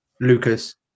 Lucas